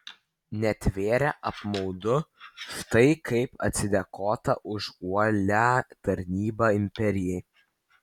netvėrė apmaudu štai kaip atsidėkota už uolią tarnybą imperijai